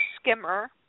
Skimmer